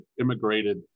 immigrated